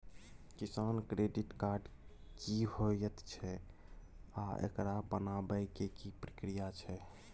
किसान credit card की होयत छै आ एकरा बनाबै के की प्रक्रिया छै?